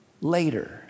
later